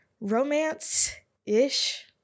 romance-ish